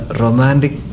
romantic